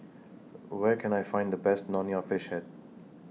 Where Can I Find The Best Nonya Fish Head